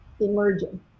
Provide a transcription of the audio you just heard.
emerging